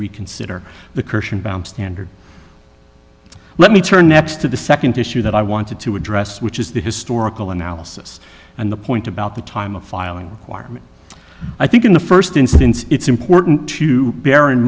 reconsider the kirshenbaum standard let me turn next to the second issue that i wanted to address which is the historical analysis and the point about the time of filing requirement i think in the first instance it's important to bear in